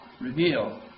reveal